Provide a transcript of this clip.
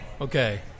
Okay